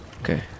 Okay